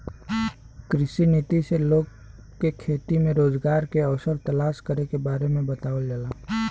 कृषि नीति से लोग के खेती में रोजगार के अवसर तलाश करे के बारे में बतावल जाला